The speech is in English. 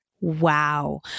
Wow